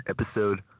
episode